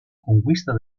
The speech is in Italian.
conquista